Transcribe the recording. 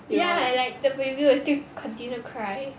ya like the baby will still continue to cry